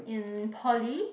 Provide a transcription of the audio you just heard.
in poly